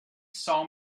saw